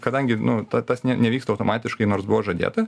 kadangi nu ta tas ne nevyksta automatiškai nors buvo žadėta